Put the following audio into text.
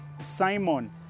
simon